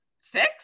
six